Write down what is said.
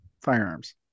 firearms